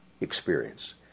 experience